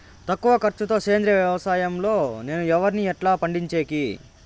తక్కువ ఖర్చు తో సేంద్రియ వ్యవసాయం లో నేను వరిని ఎట్లా పండించేకి?